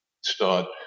Start